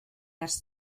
ers